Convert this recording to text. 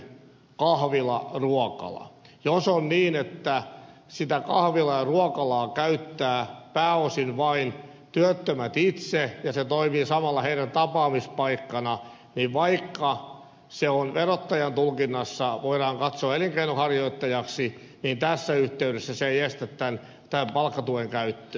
jos on niin että sitä kahvilaa ja ruokalaa käyttävät pääosin vain työttömät itse ja se toimii samalla heidän tapaamispaikkanaan niin vaikka se verottajan tulkinnassa voidaan katsoa elinkeinonharjoittajaksi niin tässä yhteydessä se ei estä tämän palkkatuen käyttöä